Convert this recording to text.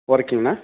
working ना